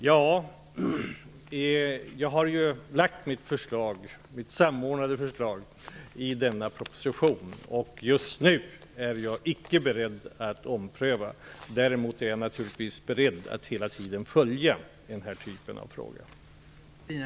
Jag har ju lagt fram mitt samordnade förslag i denna proposition, och just nu är jag inte beredd att ompröva det. Däremot är jag naturligtvis beredd att hela tiden följa den här typen av fråga.